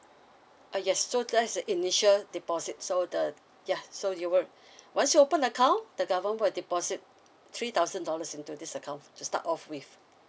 uh yes so that's the initial deposit so the yeah so you once you opened the account the government will deposit three thousand dollars into this account to start off with